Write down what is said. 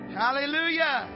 hallelujah